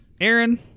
Aaron